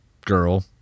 girl